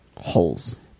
Holes